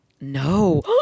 No